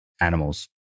animals